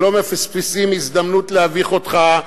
שלא מפספסים הזדמנות להביך אותך,